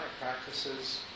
practices